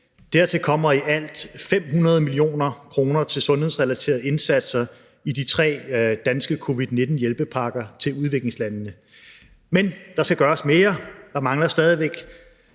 Dertil kommer i alt 500 mio. kr. til sundhedsrelaterede indsatser i de tre danske covid-19-hjælpepakker til udviklingslandene. Men der skal gøres mere. Der mangler stadig væk